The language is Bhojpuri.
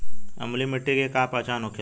अम्लीय मिट्टी के का पहचान होखेला?